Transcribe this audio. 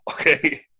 okay